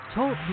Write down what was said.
Talk